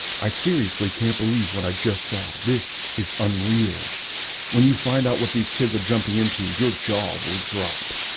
i seriously can't believe what i just saw this is unreal when you find out what these kids are jumping into your jaw will drop